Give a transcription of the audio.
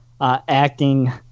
acting